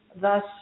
Thus